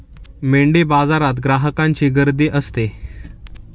मेंढीबाजारात ग्राहकांची गर्दी असते